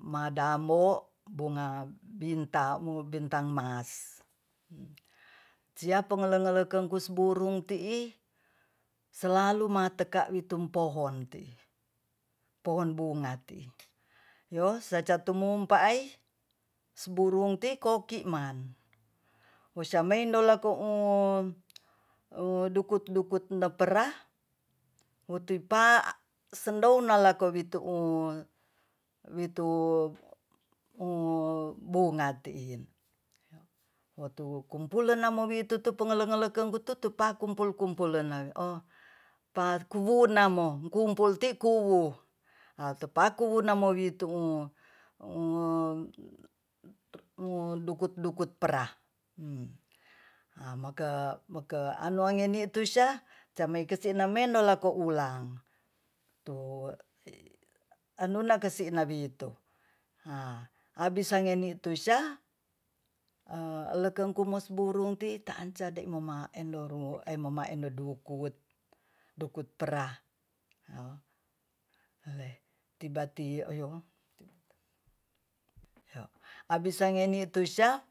madambo bunga bintang mas ciapa ngele-ngele kengkus burung tii selalu mateka witum poon tii poon bunga tii yo secat tumumpa ai burung ti kokiman wusamendol lakou dukut-dukut nopera motipa sendonawdalako wituu witu u bunga tiin motu kumpulen namowitu tupangole ngoleken gututupa kumpul-kumpul len pakuwurnamo kumpul ti kuwu a tupakunamowituun dukut-dukut pera a maka ano angenitusia jamekisinamenonako ulang tu anonakesi nabitu a abis nangeni tusia a lekeng ku mus burung titanca demoma endoru emoma endukut pera le tiba-tiba abis nangeni tusia